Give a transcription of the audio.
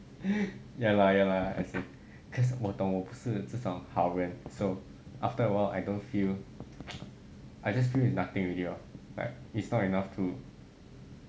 ya lah ya lah as in cause 我懂我不是这种好人 so after a while I don't feel I just feel it's nothing already lor like it's not enough to